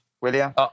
William